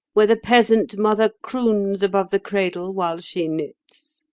where the peasant mother croons above the cradle while she knits?